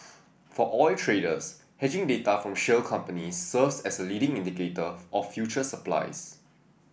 for oil traders hedging data from shale companies serves as a leading indicator of future supplies